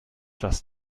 das